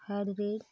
harley